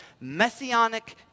messianic